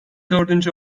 dördüncü